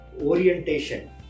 orientation